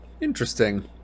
Interesting